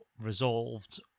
resolved